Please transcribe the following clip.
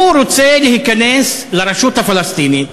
הוא רוצה להיכנס לרשות הפלסטינית,